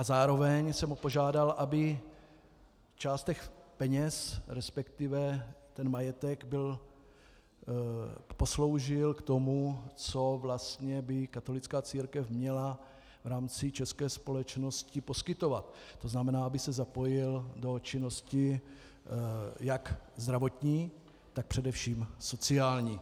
Zároveň jsem ho požádal, aby část těch peněz, resp. ten majetek posloužil k tomu, co vlastně by katolická církev měla v rámci české společnosti poskytovat, to znamená, aby se zapojil do činnosti jak zdravotní, tak především sociální.